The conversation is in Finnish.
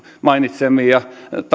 mainitsemiani